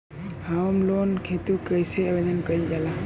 Home loan हेतु कइसे आवेदन कइल जाला?